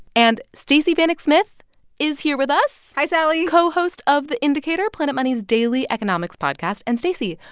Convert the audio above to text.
and stacey vanek smith is here with us hi, sally co-host of the indicator, planet money's daily economics podcast. and, stacey,